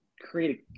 create